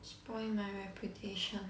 spoil my reputation